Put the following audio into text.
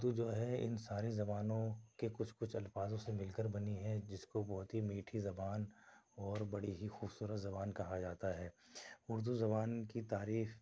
اُردو جو ہے اِن ساری زبانوں کے کچھ کچھ الفاظوں سے مل کر بنی ہے جس کو بہت ہی میٹھی زبان اور بڑی ہی خوبصورت زبان کہا جاتا ہے اُردو زبان کی تاریخ